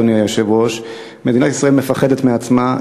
אדוני היושב-ראש: מדינת ישראל מפחדת מעצמה,